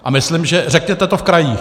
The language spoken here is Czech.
A myslím, že řekněte to v krajích!